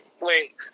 Wait